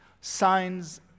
signs